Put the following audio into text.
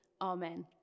Amen